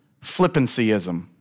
Flippancyism